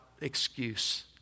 excuse